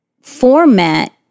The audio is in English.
format